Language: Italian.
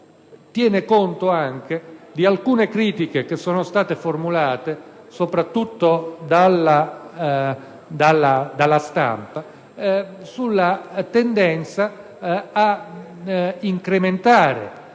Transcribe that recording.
tiene conto anche di alcune critiche che sono state formulate, soprattutto dalla stampa, sulla tendenza ad incrementare